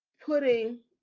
putting